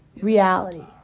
reality